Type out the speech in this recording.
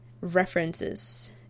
references